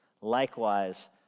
likewise